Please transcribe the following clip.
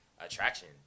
attraction